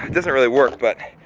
doesn't really work, but,